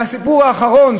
בפרט הסיפור האחרון,